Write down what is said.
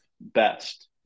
Best